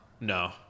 No